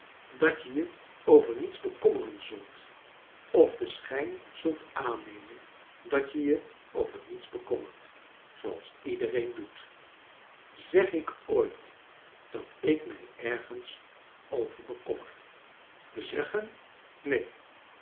dat je je over niets bekommeren zult of den schijn zult aannemen dat je je over niets bekommert zooals iedereen doet zeg ik ooit dat ik mij ergens over bekommer chakles dickens zeggen